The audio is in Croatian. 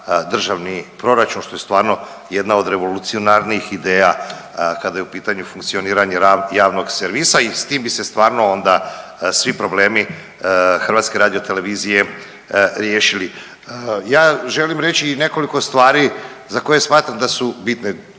državni proračun što je stvarno jedna od revolucionarnijih ideja kada je u pitanju funkcioniranje javnog servisa i s tim bi se stvarno onda svi problemi HRT-a riješili. Ja želim reći i nekoliko stvari za koje smatram da su bitne.